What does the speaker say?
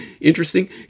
interesting